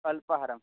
अप्लाहारम्